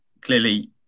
clearly